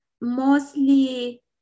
mostly